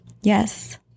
yes